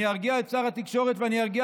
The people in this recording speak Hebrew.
אני ארגיע את שר התקשורת ואני ארגיע